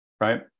right